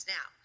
Now